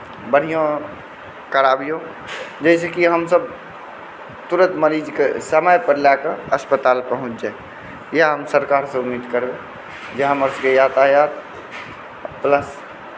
बढ़िऑं कराबिऔ जाहिसँ कि हमसभ तुरत मरीजकेँ समय पर लए कऽ अस्पताल पहुँच जाइ इहे हम सरकारसँ उम्मीद करबै इएह हमर सभकेँ यातायात प्लस